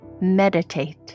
Meditate